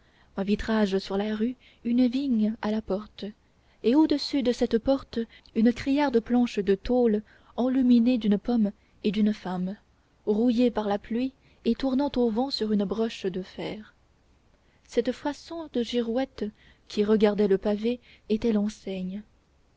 un vitrage sur la rue une vigne à la porte et au-dessus de cette porte une criarde planche de tôle enluminée d'une pomme et d'une femme rouillée par la pluie et tournant au vent sur une broche de fer cette façon de girouette qui regardait le pavé était l'enseigne